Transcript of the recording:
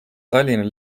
tallinna